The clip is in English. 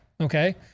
Okay